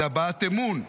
זאת הבעת אמון.